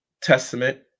testament